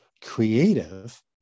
creative